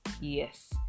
Yes